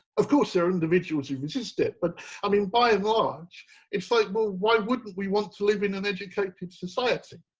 of course there are individuals who misses step, but i mean by and large large it's like. well, why wouldn't we want to live in an educated society?